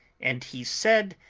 and he said,